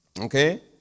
Okay